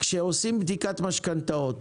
כשעושים בדיקת משכנתאות